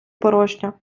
порожня